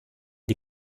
die